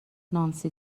نانسی